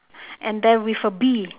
and then with a bee